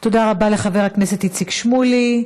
תודה רבה לחבר הכנסת איציק שמולי.